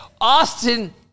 Austin